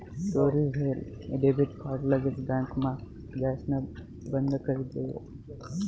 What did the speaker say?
चोरी व्हयेल debit card लगेच बँकमा जाइसण बंदकरी देवो